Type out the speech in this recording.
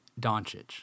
Doncic